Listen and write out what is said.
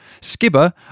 Skibber